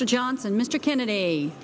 mr johnson mr kennedy